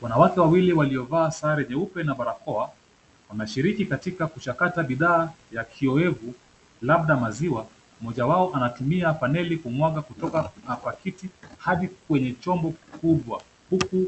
Kuna watu wawili waliovaa sare nyeupe na barakoa, wanashiriki katika kuchakata bidhaa ya kiyoyevu, labda maziwa. Mmoja wao anatumia funnel kumwaga kutoka kwa pakiti hadi kwenye chombo kikibwa huku